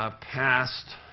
ah passed.